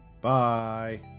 Bye